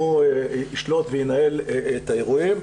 שהוא ישלוט וינהל את האירועים.